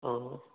ꯑꯣ